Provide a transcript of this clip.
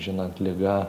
žinant ligą